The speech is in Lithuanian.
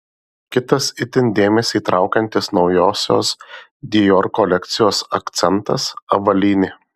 kitas itin dėmesį traukiantis naujosios dior kolekcijos akcentas avalynė